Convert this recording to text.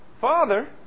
Father